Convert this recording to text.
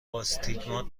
آستیگمات